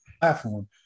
platform